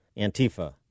Antifa